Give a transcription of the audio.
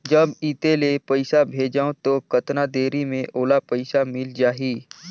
जब इत्ते ले पइसा भेजवं तो कतना देरी मे ओला पइसा मिल जाही?